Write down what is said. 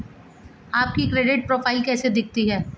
आपकी credit profile कैसी दिखती है?